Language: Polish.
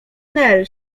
nel